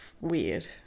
weird